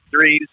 threes